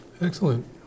Excellent